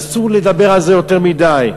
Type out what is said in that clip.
אסור לדבר על זה יותר מדי.